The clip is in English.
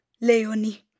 Leonie